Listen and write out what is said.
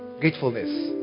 Gratefulness